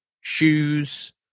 shoes